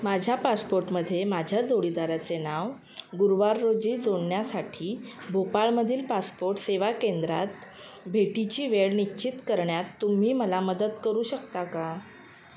माझ्या पासपोर्टमध्ये माझ्या जोडीदाराचे नाव गुरुवार रोजी जोडण्यासाठी भोपाळमधील पासपोर्ट सेवा केंद्रात भेटीची वेळ निश्चित करण्यात तुम्ही मला मदत करू शकता का